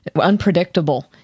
unpredictable